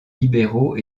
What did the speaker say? libéraux